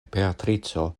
beatrico